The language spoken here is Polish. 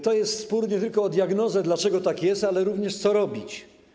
To jest spór nie tylko o diagnozę, dlaczego tak jest, ale również o to, co robić.